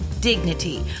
dignity